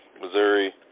Missouri